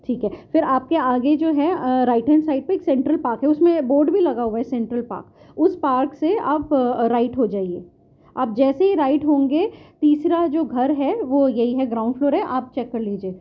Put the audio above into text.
ٹھیک ہے پھر آپ کے آگے جو ہے رائٹ ہینڈ سائیڈ پہ ایک سنٹرل پارک ہے اس میں بورڈ بھی لگا ہوا ہے سنٹرل پارک اس پارک سے آپ رائٹ ہو جائیے آپ جیسے ہی رائٹ ہوں گے تیسرا جو گھر ہے وہ یہی ہے گراؤنڈ فلور ہے آپ چیک کر لیجیے